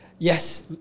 Yes